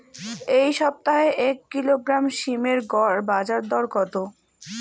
এই সপ্তাহে এক কিলোগ্রাম সীম এর গড় বাজার দর কত?